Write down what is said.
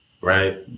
right